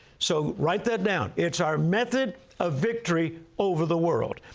so write that down. it's our method of victory over the world.